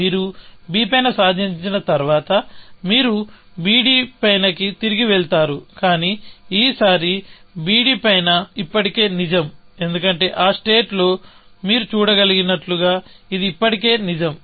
మీరు b పైన సాధించిన తర్వాత మీరు bd పైనకి తిరిగి వెళతారు కానీ ఈసారి bd పైన ఇప్పటికే నిజం ఎందుకంటే ఆ స్టేట్ లో మీరు చూడగలిగినట్లుగా ఇది ఇప్పటికే నిజం